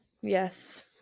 Yes